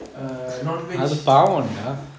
err non veg